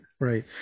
right